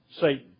Satan